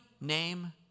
name